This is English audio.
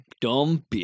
dumb